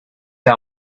our